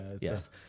yes